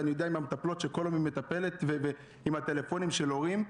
ואני יודע על המטפלות ועל הטלפונים של הורים.